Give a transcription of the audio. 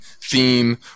theme